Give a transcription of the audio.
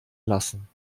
lassen